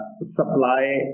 supply